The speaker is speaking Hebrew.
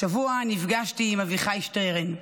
השבוע נפגשתי עם אביחי שטרן,